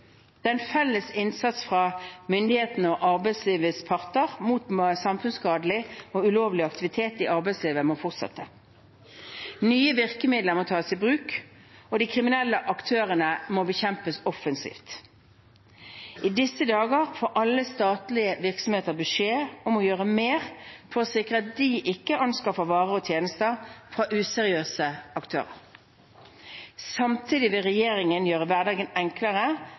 Den felles innsatsen fra myndighetene og arbeidslivets parter mot samfunnsskadelig og ulovlig aktivitet i arbeidslivet må fortsette. Nye virkemidler må tas i bruk, og de kriminelle aktørene må bekjempes offensivt. I disse dager får alle statlige virksomheter beskjed om å gjøre mer for å sikre at de ikke anskaffer varer og tjenester fra useriøse aktører. Samtidig vil regjeringen gjøre hverdagen enklere